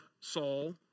Saul